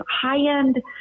high-end